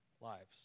lives